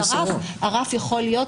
הרף יכול להיות,